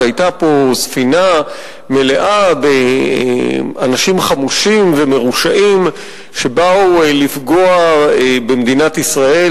שהיתה פה ספינה גדושה באנשים חמושים ומרושעים שבאו לפגוע במדינת ישראל,